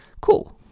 Cool